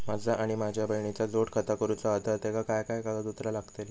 माझा आणि माझ्या बहिणीचा जोड खाता करूचा हा तर तेका काय काय कागदपत्र लागतली?